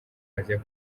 asia